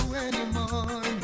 anymore